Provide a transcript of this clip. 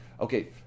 okay